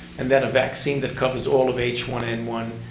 and then a vaccine that covers all of h one n one,